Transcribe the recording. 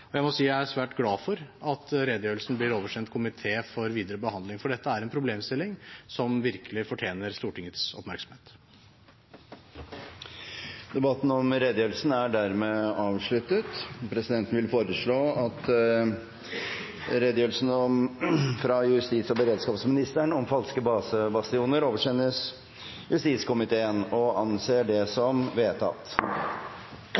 Jeg må si jeg er svært glad for at redegjørelsen blir oversendt komité for videre behandling, for dette er en problemstilling som virkelig fortjener Stortingets oppmerksomhet. Debatten i sak nr. 2 er dermed avsluttet. Presidenten vil foreslå at redegjørelsen fra justis- og beredskapsministeren om falske basestasjoner oversendes justiskomiteen – og anser det som vedtatt.